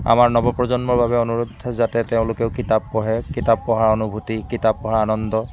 আমাৰ নৱপ্ৰজন্মৰ বাবে অনুৰোধ যাতে তেওঁলোকেও কিতাপ পঢ়ে কিতাপ পঢ়াৰ আনুভুতি কিতাপ পঢ়াৰ আনন্দ